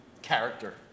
character